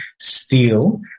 steel